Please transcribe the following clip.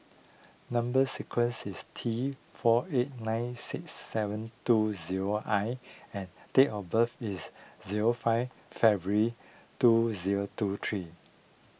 Number Sequence is T four eight nine six seven two zero I and date of birth is zero five February two zero two three